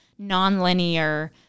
nonlinear